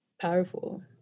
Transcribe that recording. powerful